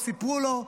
לא סיפרו לו,